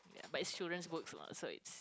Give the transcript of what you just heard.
but it's children's book lah so it's